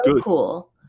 cool